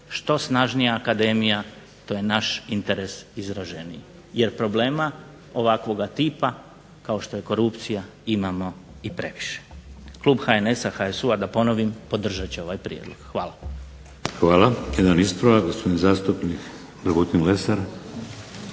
Što snažnija akademija to je naš interes izraženiji jer problema ovakvoga tipa kao što je korupcije imamo i previše. Klub HNS-a, HSU-a da ponovim podržat će ovaj prijedlog. Hvala. **Šeks, Vladimir (HDZ)** Hvala. Jedan ispravak, gospodin zastupnik Dragutin Lesar.